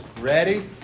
Ready